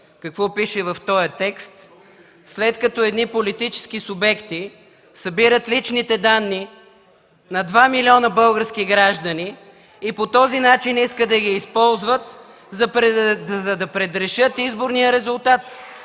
какво пише в този текст, след като едни политически субекти събират личните данни на 2 милиона български граждани и по този начин искат да ги използват, за да предрешат изборния резултат.